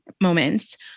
moments